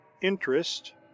interest